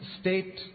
state